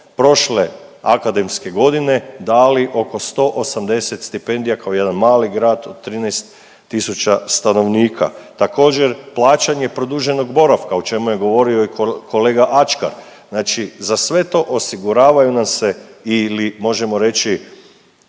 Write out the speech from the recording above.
prošle akademske godine dali oko 180 stipendija kao jedan mali grad od 13.000 stanovnika. Također plaćanje produženog boravka o čemu je govorio i kolega Ačkar, znači za sve to osiguravaju nam se ili možemo reći